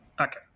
Okay